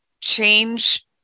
change